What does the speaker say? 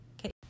Okay